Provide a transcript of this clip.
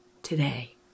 Today